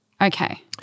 Okay